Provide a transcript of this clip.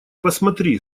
посмотри